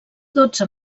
dotze